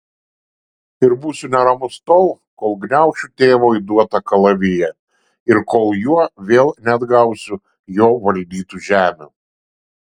ir būsiu neramus tol kol gniaušiu tėvo įduotą kalaviją ir kol juo vėl neatgausiu jo valdytų žemių